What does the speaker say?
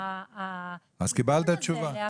קיבלת תשובה.